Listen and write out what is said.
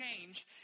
change